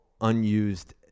unused